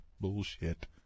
bullshit